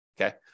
Okay